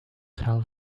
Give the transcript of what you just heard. tell